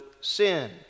sin